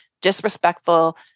disrespectful